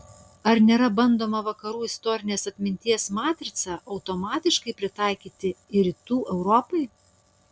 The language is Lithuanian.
ar nėra bandoma vakarų istorinės atminties matricą automatiškai pritaikyti ir rytų europai